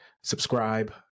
subscribe